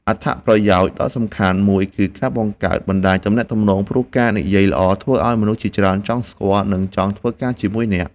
អត្ថប្រយោជន៍ដ៏សំខាន់មួយគឺការបង្កើតបណ្ដាញទំនាក់ទំនង ព្រោះការនិយាយល្អធ្វើឱ្យមនុស្សជាច្រើនចង់ស្គាល់ និងចង់ធ្វើការជាមួយអ្នក។